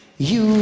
you.